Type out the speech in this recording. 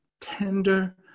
tender